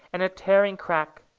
and a tearing crack.